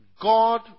God